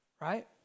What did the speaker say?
right